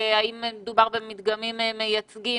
האם מדובר במדגמים מייצגים,